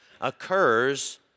occurs